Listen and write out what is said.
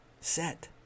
set